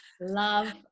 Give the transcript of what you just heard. love